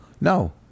No